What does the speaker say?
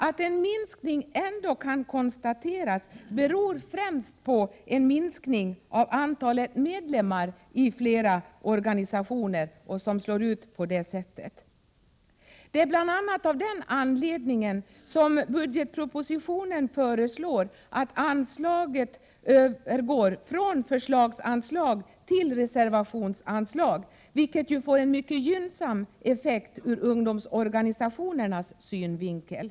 Att en minskning ändå kan konstateras beror främst på en minskning av antalet medlemmar i flera organisationer. Det är bl.a. av den anledningen som det i budgetpropositionen föreslås att anslaget övergår från förslagsanslag till reservationsanslag, vilket ju får en mycket gynnsam effekt ur ungdomsorganisationernas synvinkel.